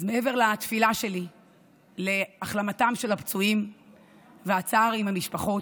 אז מעבר לתפילה שלי להחלמתם של הפצועים והצער עם המשפחות,